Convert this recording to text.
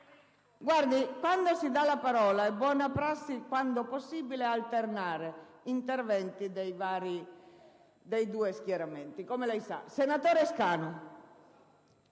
Maritati, quando si dà la parola è buona prassi, quando possibile, alternare interventi dei due schieramenti, come lei